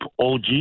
OG